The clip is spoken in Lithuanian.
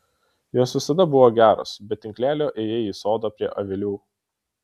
jos visada buvo geros be tinklelio ėjai į sodą prie avilių